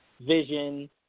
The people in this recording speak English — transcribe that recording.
Vision